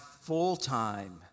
full-time